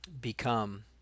become